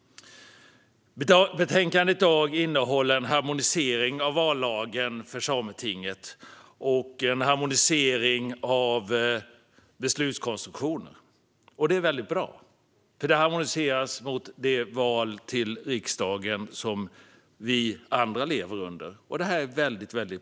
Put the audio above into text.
Betänkandet innehåller en harmonisering av vallagen för Sametinget och en harmonisering av beslutskonstruktionen. De harmoniseras med valen till riksdagen, som vi alla lever under. Det är väldigt bra.